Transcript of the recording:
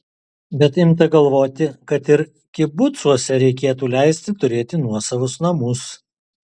bet imta galvoti kad ir kibucuose reikėtų leisti turėti nuosavus namus